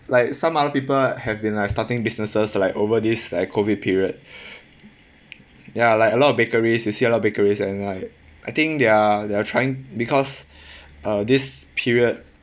like some other people have been like starting businesses like over this like COVID period ya like a lot of bakeries you see a lot of bakeries and like I think they're they're trying because uh this period